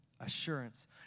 Assurance